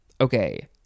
Okay